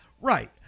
Right